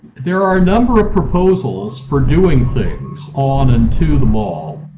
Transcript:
there are a number of proposals for doing things on and to the mall.